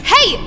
Hey